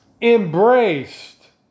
embraced